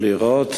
לראות